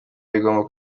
bigomba